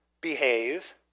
behave